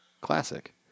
Classic